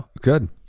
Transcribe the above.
Good